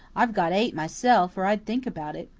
i've got eight myself, or i'd think about it.